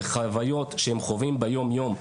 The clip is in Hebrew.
בחוויות שהם חווים ביומיום.